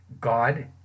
god